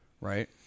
right